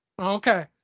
Okay